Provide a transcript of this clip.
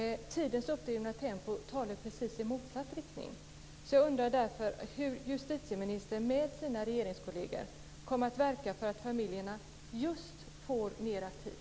Tidens uppdrivna tempo talar i precis motsatt riktning. Jag undrar därför hur justitieministern med sina regeringskolleger kommer att verka för att familjerna får mera tid.